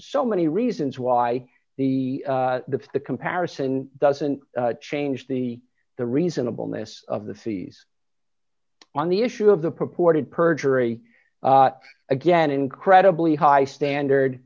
so many reasons why the the the comparison doesn't change the the reasonableness of the fees on the issue of the purported perjury again incredibly high standard